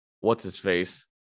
what's-his-face